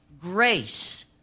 grace